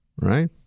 right